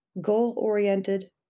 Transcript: goal-oriented